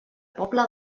poble